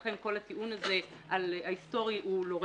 לכן, כל הטיעון הזה ההיסטורי לא רלבנטי.